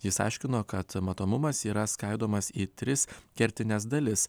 jis aiškino kad matomumas yra skaidomas į tris kertines dalis